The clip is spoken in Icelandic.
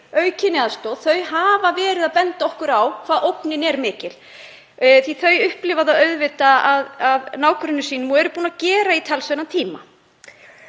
aukinni aðstoð. Þau hafa verið að benda okkur á hvað ógnin er mikil því að þau upplifa það auðvitað af nágrönnum sínum og hafa gert í talsverðan tíma.